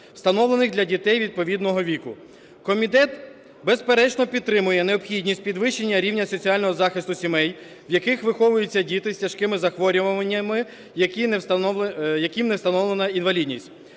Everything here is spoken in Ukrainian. встановлених для дітей відповідного віку. Комітет, безперечно, підтримує необхідність підвищення рівня соціального захисту сімей, в яких виховуються діти з тяжкими захворюваннями, яким не встановлена інвалідність.